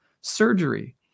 surgery